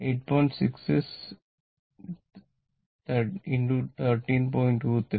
23 മുതൽ 13